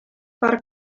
per